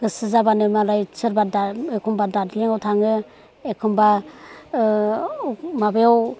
गोसो जाबानो मालाय सोरबा एखनबा दार्जिलिंआव थाङो एखनबा माबायाव